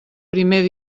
primer